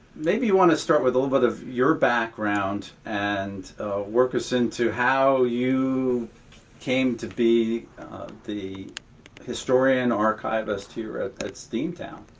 maybe you want to start with a little bit of your background and work us into how you came to be the historian archivist here at at steamtown.